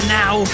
now